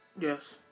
Yes